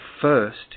first